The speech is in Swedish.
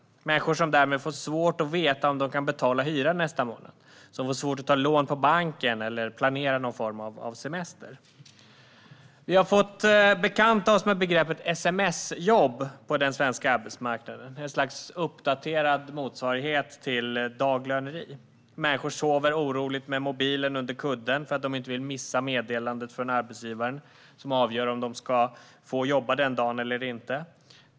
Det är människor som därmed får svårt att veta om de kan betala hyran nästa månad och som får svårt att ta lån på banken eller planera någon form av semester. Vi har fått bekanta oss med begreppet "sms-jobb" på den svenska arbetsmarknaden. Det är ett slags uppdaterad motsvarighet till daglöneri. Människor sover oroligt, med mobilen under kudden, för att de inte vill missa det meddelande från arbetsgivaren som avgör om de ska få jobba den dagen eller inte.